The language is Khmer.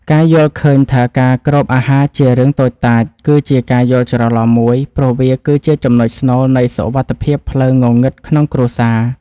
ការយល់ឃើញថាការគ្របអាហារជារឿងតូចតាច គឺជាការយល់ច្រឡំមួយ ព្រោះវាគឺជាចំណុចស្នូលនៃសុវត្ថិភាពផ្លូវងងឹតក្នុងគ្រួសារ។